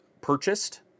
purchased